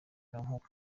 nk’uko